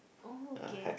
oh okay